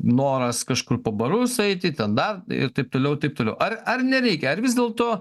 noras kažkur po barus eiti ten dar ir taip toliau taip toliau ar ar nereikia ar vis dėlto